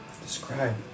Describe